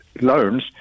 loans